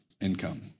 income